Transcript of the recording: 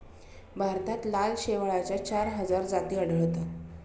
भारतात लाल शेवाळाच्या चार हजार जाती आढळतात